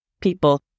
people